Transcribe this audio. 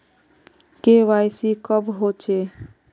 KYC कब होचे?